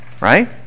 Right